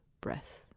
breath